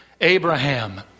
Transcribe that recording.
Abraham